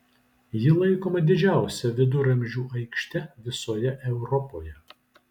ji laikoma didžiausia viduramžių aikšte visoje europoje